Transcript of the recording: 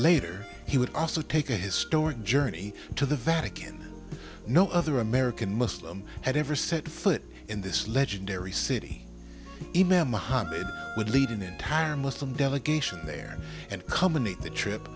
later he would also take a historic journey to the vatican no other american muslim had ever set foot in this legendary city would lead an entire muslim delegation there and